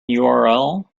url